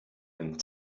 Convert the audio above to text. and